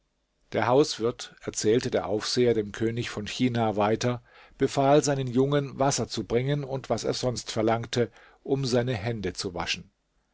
der hauswirt erzählte der aufseher dem könig von china weiter befahl seinen jungen wasser zu bringen und was er sonst verlangte um seine hände zu waschen